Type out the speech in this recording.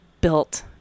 built